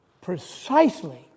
precisely